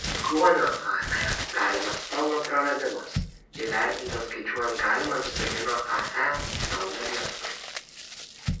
ar kruonio hae galimas pelno praradimas įvertintas skaičiuojant galimą visagino ae naudą lietuvai